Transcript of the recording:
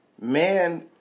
man